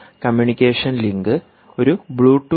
communication link ഒരു Bluetooth low energy ലിങ്കാണ്